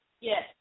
Yes